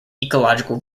ecological